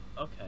Okay